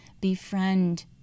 Befriend